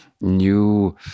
new